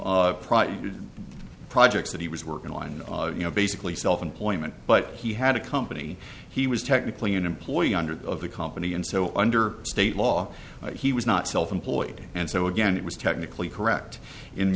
prior projects that he was working on you know basically self employment but he had a company he was technically an employee under the of the company and so under state law he was not self employed and so again it was technically correct in